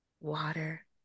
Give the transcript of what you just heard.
water